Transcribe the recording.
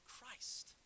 Christ